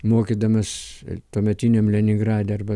mokydamas tuometiniam leningrade arba